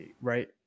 right